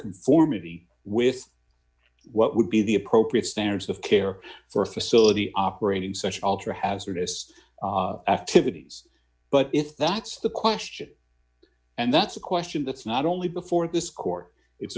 conformity with what would be the appropriate standards of care for a facility operating such alter hazardous to vicki's but if that's the question and that's a question that's not only before this court i